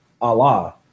Allah